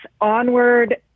Onward